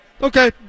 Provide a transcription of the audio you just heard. Okay